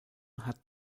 hat